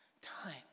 time